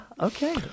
Okay